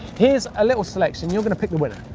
here's a little selection, you're gonna pick the winner.